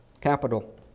capital